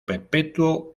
perpetuo